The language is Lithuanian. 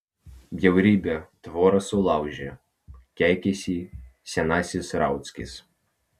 bjaurybė tvorą sulaužė keikiasi senasis rauckis